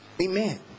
Amen